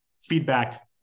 feedback